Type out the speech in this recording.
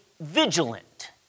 vigilant